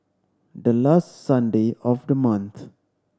the last Sunday of the month